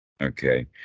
Okay